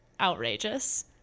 outrageous